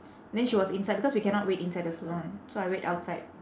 then she was inside because we cannot wait inside the salon so I wait outside